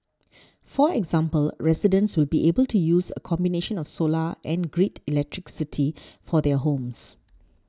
for example residents will be able to use a combination of solar and grid electricity for their homes